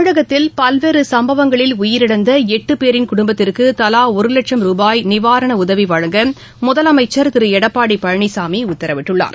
தமிழகத்தில் பல்வேறுசம்பவங்களில் உயிரிழந்தளட்டுபேரின் குடும்பத்திற்குதலாஒருவட்சும் ருபாய் நிவாரணஉதவிவழங்க முதலமைச்சர் திருஎடப்பாடிபழனிசாமிஉத்தரவிட்டுள்ளார்